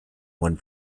one